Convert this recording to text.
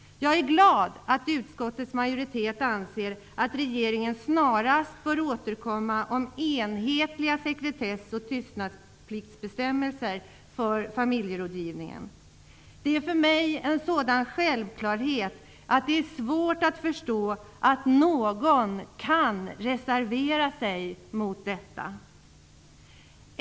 Jag är glad att utskottets majoritet anser att regeringen snarast bör återkomma om enhetliga sekretess och tystnadspliktsbestämmelser för familjerådgivningen. Det är för mig en sådan självklarhet att det är svårt att förstå att någon kan reservera sig mot detta.